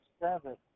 Seven